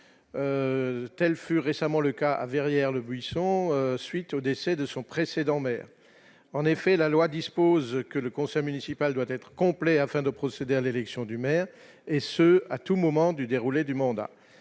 telle fut récemment le cas à Verrières-le-Buisson, suite au décès de son précédent maire en effet la loi dispose que le conseil municipal doit être complet afin de procéder à l'élection du maire et ce à tout moment du déroulé du monde